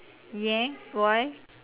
ஏன்:een why